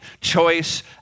choice